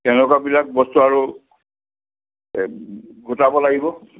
তেনেকুৱাবিলাক বস্তু আৰু গোটাব লাগিব